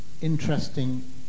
interesting